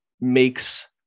makes